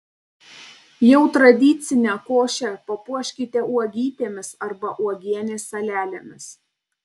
jau tradicinę košę papuoškite uogytėmis arba uogienės salelėmis